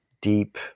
deep